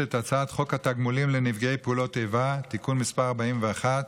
את הצעת חוק התגמולים לנפגעי פעולות איבה (תיקון מס' 41,